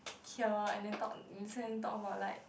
cure and then talk listen them talk about like